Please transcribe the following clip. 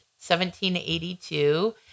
1782